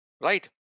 right